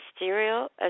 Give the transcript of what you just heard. Ministerial